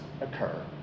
occur